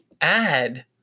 add